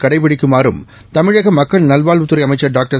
கடைபிடிக்குமாறும் தமிழகமக்கள் நல்வாழ்வுத்துறைஅமைச்சர் டாக்டர்